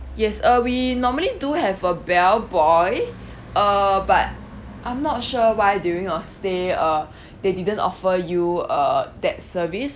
yes uh we normally do have a bellboy uh but I'm not sure why during your stay uh they didn't offer you uh that service